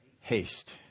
haste